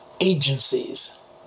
agencies